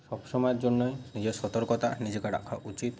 সবসময়ের জন্যই নিজের সতর্কতা নিজেকে রাখা উচিত